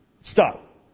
Stop